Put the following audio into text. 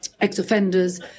ex-offenders